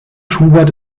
schubert